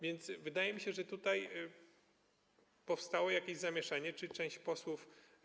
Więc wydaje mi się, że tutaj powstało jakieś zamieszanie czy część posłów.